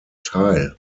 teil